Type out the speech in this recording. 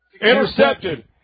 Intercepted